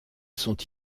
sont